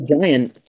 giant